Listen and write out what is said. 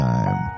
Time